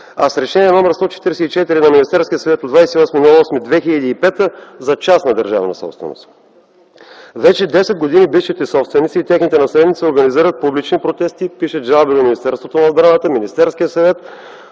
а с Решение № 144 на Министерския съвет от 28.08.2005 г. за частна държавна собственост. Вече десет години бившите собственици и техните наследници организират публични протести, пишат жалби до Министерството на отбраната, Министерския съвет,